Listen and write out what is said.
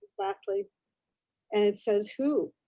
exactly and it says hoo,